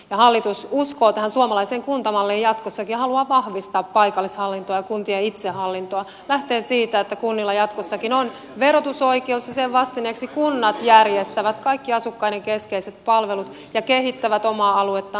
hallitus uskoo tähän suomalaiseen kuntamalliin jatkossakin ja haluaa vahvistaa paikallishallintoa ja kuntien itsehallintoa lähtien siitä että kunnilla jatkossakin on verotusoikeus ja sen vastineeksi kunnat järjestävät kaikki asukkaiden keskeiset palvelut ja kehittävät omaa aluettaan